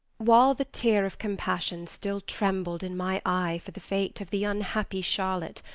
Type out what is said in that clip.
while the tear of compassion still trembled in my eye for the fate of the unhappy charlotte,